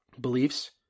beliefs